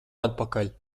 atpakaļ